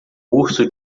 urso